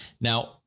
Now